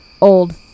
old